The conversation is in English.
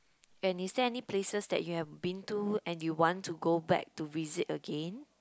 and is there any places that you've been to and you want to go back to visit again